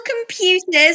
computers